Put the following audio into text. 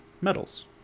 metals